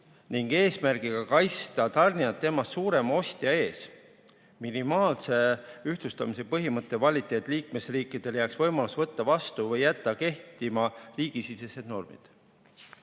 eesmärgiga kaitsta tarnijat temast suurema ostja eest. Minimaalse ühtlustamise põhimõte valiti, et liikmesriikidele jääks võimalus võtta vastu või jätta kehtima riigisisesed normid.